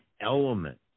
element